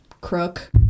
crook